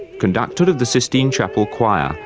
conductor of the sistine chapel choir,